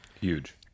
Huge